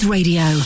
Radio